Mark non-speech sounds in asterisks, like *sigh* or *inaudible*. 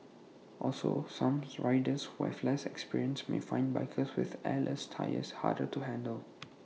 also some *unintelligible* riders who have less experience may find bikes with airless tyres harder to handle